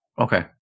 Okay